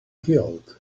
healed